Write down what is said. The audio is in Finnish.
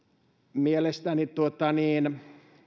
mielestäni